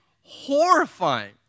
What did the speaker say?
horrifying